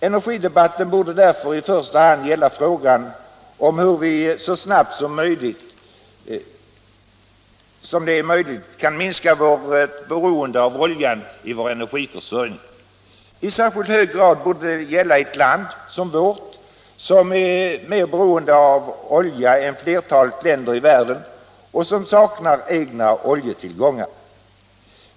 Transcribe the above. Energidebatten borde därför i första hand gälla frågan hur vi så snabbt som möjligt kan minska beroendet av olja i vår energiförsörjning. I särskilt hög grad borde detta gälla för ett land som vårt, som är mera beroende av olja än flertalet länder i världen och som saknar egna oljetillgångar.